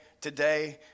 today